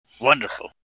Wonderful